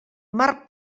mar